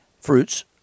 fruits